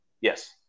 Yes